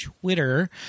Twitter